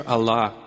Allah